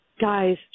guys